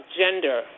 gender